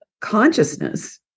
consciousness